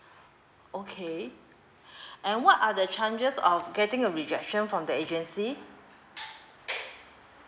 okay and what are the chances of getting a rejection from the agency